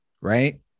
right